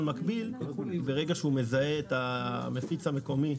מקביל ברגע שהוא מזהה את המפיץ המקומי,